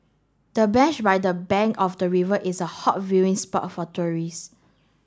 the bench by the bank of the river is a hot viewing spot for tourist